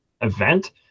event